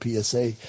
PSA